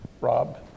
Rob